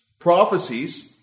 prophecies